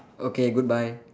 okay goodbye